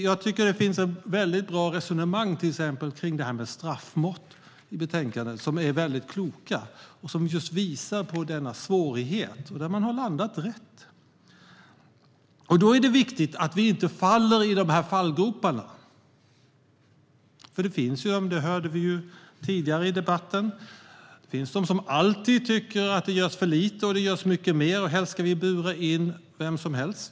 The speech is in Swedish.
Jag tycker att det i betänkandet finns väldigt bra resonemang om till exempel straffmått. Det är väldigt klokt och visar just på denna svårighet. Man har landat rätt. Då är det viktigt att vi inte trillar i de här fallgroparna. Vi hörde tidigare i debatten att de finns de som alltid tycker att det görs för lite och att vi ska bura in vem som helst.